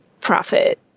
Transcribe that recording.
profit